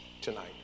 tonight